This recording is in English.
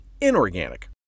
inorganic